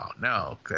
no